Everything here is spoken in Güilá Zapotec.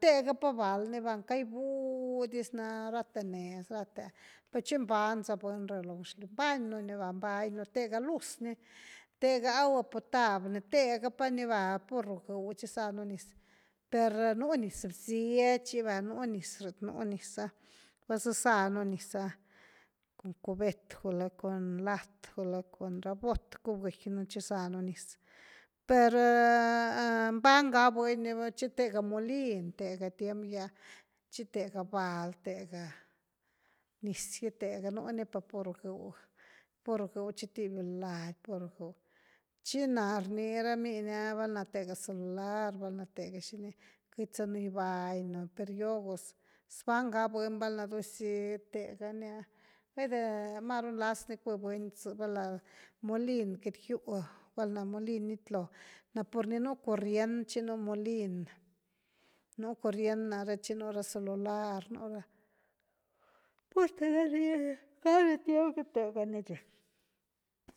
tega pa val ni va, caibuu dis na rate nez rate per chi mbañ za buny rh lo gaxliu, mbañnu ni va, mbañnu tega luz ni tega agua potabl ni tega pani ni va pur ru gëw chozanu niz, per nú niz bsye chi va nú niz lat npu niz ah baza-zanu niz ah cun cubet, gula cun lat, gula cun bot cuibgëckynu chozanu niz per bmañ ga buny ni va chi tega mulin tega tiem gyah chi tega val tega niz gy tega, nuni per ru gëw pur gëw chitibiu lady pur ru gëw, chi na rni ra miny ni ah val’na tega celular val’na tega xini queity za un gibañ nú, xoo gus, zbañ ga buny valna dëzy tega ni ah vaide maru nlaz ni cui buny zë val’na mulin queity giu valna la mulin giitlo pur ni nú curriend chi ni nú mulin, nú curriend nare chi ni nú ra celular un ra, purte ra nii ni.